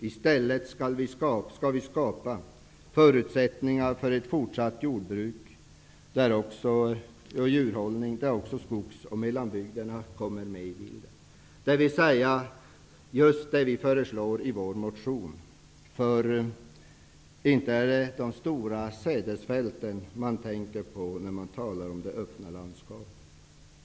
I stället skall vi skapa förutsättningar för ett fortsatt jordbruk och djurhållning, där också skogs och mellanbygderna kommer med i bilden, dvs. just det som vi socialdemokrater föreslår i vår motion. Inte är det de stora sädesfälten som man tänker på när man talar om det öppna landskapet.